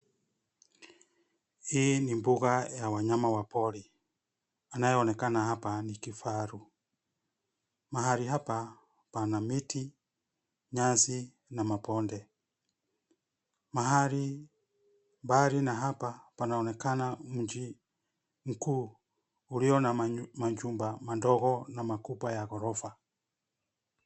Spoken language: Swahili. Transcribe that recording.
Hii ni mbuga ya wanyama wa pori. Anayeonekana hapa ni kifaru. Mahali hapa pana miti, nyasi na mabonde. Mahali mbali na hapa panaonekana mji mkuu ulio na majumba mandogo na makubwa ya gorofa.